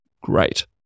great